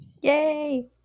Yay